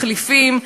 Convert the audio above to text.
מחליפים,